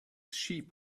sheep